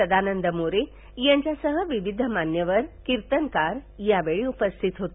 सदानंद मोरे यांच्यासह विविध मान्यवर कीर्तनकार यावेळी उपस्थित होते